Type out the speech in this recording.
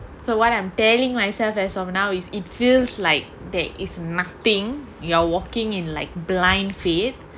so what I'm telling myself as of now is it feels like there is nothing you're walking in like blind faith